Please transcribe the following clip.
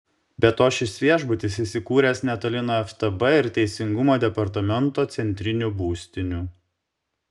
be to šis viešbutis įsikūręs netoli nuo ftb ir teisingumo departamento centrinių būstinių